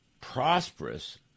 prosperous